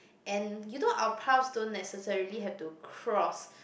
and you know our paths don't necessarily have to cross